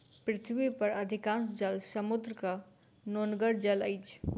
पृथ्वी पर अधिकांश जल समुद्रक नोनगर जल अछि